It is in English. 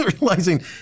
realizing